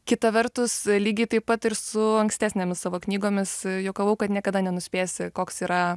kita vertus lygiai taip pat ir su ankstesnėmis savo knygomis juokavau kad niekada nenuspėsi koks yra